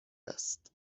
است